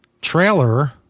trailer